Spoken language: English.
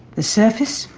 the surface